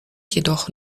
jedoch